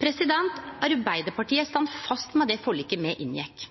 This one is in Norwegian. Arbeidarpartiet står fast ved det forliket me inngjekk,